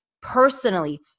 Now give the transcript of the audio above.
personally